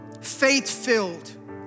faith-filled